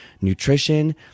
nutrition